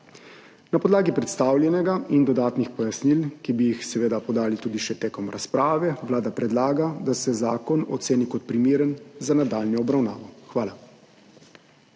Na podlagi predstavljenega in dodatnih pojasnil, ki bi jih seveda podali tudi še tekom razprave, Vlada predlaga, da se zakon oceni kot primeren za nadaljnjo obravnavo. Hvala.